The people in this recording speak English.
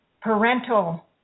parental